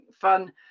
fun